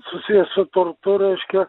susijęs su turtu reiškia